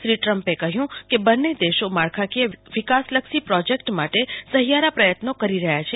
શ્રી ટ્રંપે કહ્યું કે બંને દેશો માળખાંકીય વિકાસલક્ષી પ્રોજેકટ માટે સહિયારા પ્રયત્નો કરી રહ્યા છે